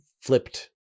flipped